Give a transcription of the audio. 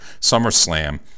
SummerSlam